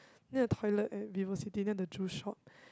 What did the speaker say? near the toilet at VivoCity near the juice shop